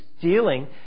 dealing